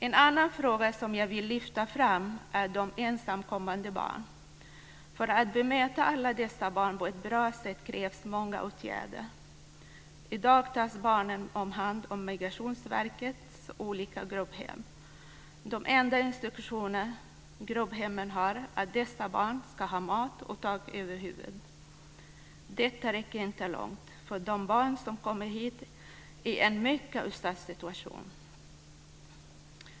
En annan fråga som jag vill lyfta fram är de ensamkommande barnen. För att bemöta alla dessa barn på ett bra sätt krävs det många åtgärder. I dag tas barnen om hand på Migrationsverkets olika grupphem. De enda instruktioner som grupphemmen har är att dessa barn ska ha mat och tak över huvudet. Det räcker inte långt, för de barn som kommer hit är i en mycket utsatt situation.